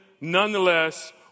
nonetheless